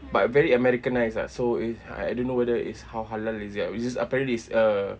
but very americanized ah so is I don't know whether is how halal is it ah which is apparently is uh